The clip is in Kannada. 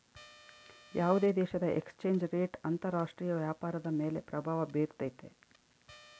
ಯಾವುದೇ ದೇಶದ ಎಕ್ಸ್ ಚೇಂಜ್ ರೇಟ್ ಅಂತರ ರಾಷ್ಟ್ರೀಯ ವ್ಯಾಪಾರದ ಮೇಲೆ ಪ್ರಭಾವ ಬಿರ್ತೈತೆ